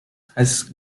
has